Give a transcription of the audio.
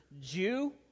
Jew